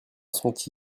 sont